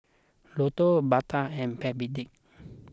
Lotto Bata and Backpedic